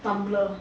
Tumblr